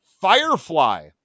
Firefly